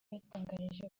yadutangarije